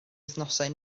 wythnosau